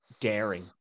daring